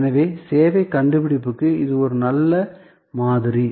எனவே சேவை கண்டுபிடிப்புக்கு இது ஒரு நல்ல மாதிரி